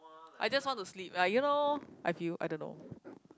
I just want to sleep like you know I feel I don't know